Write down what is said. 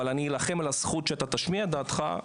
אבל אני אלחם על הזכות שאתה תשמיע את דעתך,